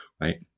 right